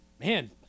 man